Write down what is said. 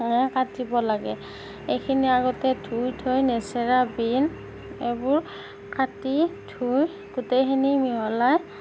কাটিব লাগে এইখিনি আগতে ধুই থৈ নেচেৰা বিন এইবোৰ কাটি ধুই গোটেইখিনি মিহলাই